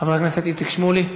חבר הכנסת איציק שמולי,